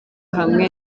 hamwe